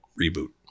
reboot